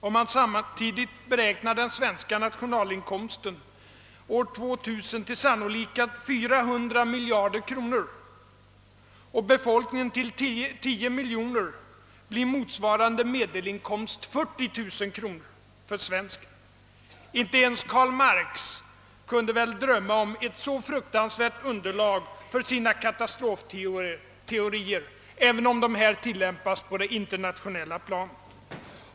Om den svenska nationalinkomsten år 2000 beräknas till sannolika 400 miljarder kronor och befolkningen till 10 miljoner människor, blir motsvarande medelinkomst 40 000 kronor för svensken. Inte ens Karl Marx kunde drömma om ett så fruktansvärt underlag för sina katastofteorier, även om de här tillämpas på det internationella planet.